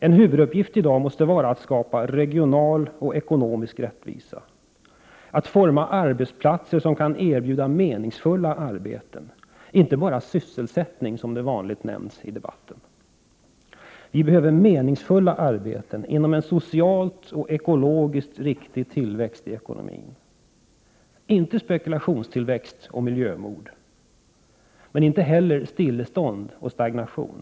En huvuduppgift i dag måste vara att skapa regional och ekonomisk rättvisa, att forma arbetsplatser som kan erbjuda meningsfulla arbeten, inte bara ”sysselsättning” som det vanligen heter i debatten. Vi behöver nu meningsfulla arbeten inom en socialt och ekologiskt riktig tillväxt i ekonomin — inte spekulationstillväxt och miljömord, men inte heller stillestånd och stagnation.